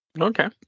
okay